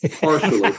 Partially